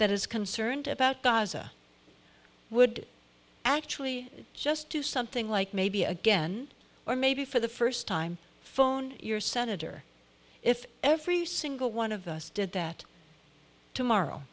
that is concerned about gaza would actually just do something like maybe again or maybe for the first time phone your senator if every single one of us did that tomorrow